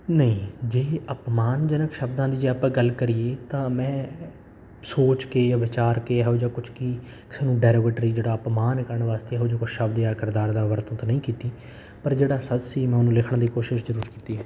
ਨਹੀਂ ਜੇ ਅਪਮਾਨਜਨਕ ਸ਼ਬਦਾਂ ਦੀ ਜੇ ਆਪਾਂ ਗੱਲ ਕਰੀਏ ਤਾਂ ਮੈਂ ਸੋਚ ਕੇ ਵਿਚਾਰ ਕੇ ਇਹੋ ਜਿਹਾ ਕੁਛ ਕੀ ਸਾਨੂੰ ਡੈਰੋਗੇਟਰੀ ਜਿਹੜਾ ਅਪਮਾਨ ਕਰਨ ਵਾਸਤੇ ਇਹੋ ਜਿਹੇ ਕੁਛ ਸ਼ਬਦ ਜਾਂ ਕਿਰਦਾਰ ਦਾ ਵਰਤੋਂ ਤਾਂ ਨਹੀਂ ਕੀਤੀ ਪਰ ਜਿਹੜਾ ਸੱਸੀ ਨੋ ਨੂੰ ਲਿਖਣ ਦੀ ਕੋਸ਼ਿਸ਼ ਜ਼ਰੂਰ ਕੀਤੀ ਹੈ